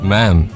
Ma'am